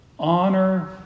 Honor